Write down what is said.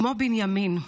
כמו בנימין,